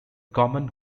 common